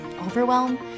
overwhelm